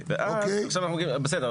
בסדר?